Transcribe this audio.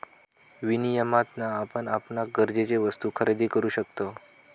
विनियमातना आपण आपणाक गरजेचे वस्तु खरेदी करु शकतव